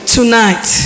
Tonight